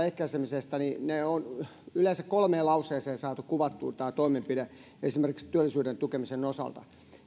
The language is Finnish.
ehkäisemisestä niin ne toimenpiteet on yleensä kolmeen lauseeseen saatu kuvattua esimerkiksi työllisyyden tukemisen osalta